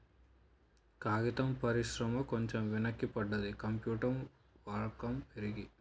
కాగితం పరిశ్రమ కొంచెం వెనక పడ్డది, కంప్యూటర్ వాడకం పెరిగి